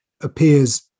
appears